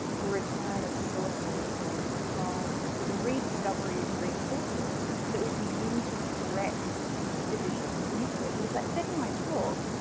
the return of sources from so the rediscovery of greek sources that we begin to correct editions of euclid. but as i said in my talk,